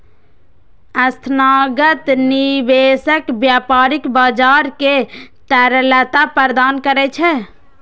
संस्थागत निवेशक व्यापारिक बाजार कें तरलता प्रदान करै छै